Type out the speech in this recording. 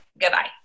goodbye